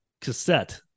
cassette